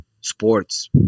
sports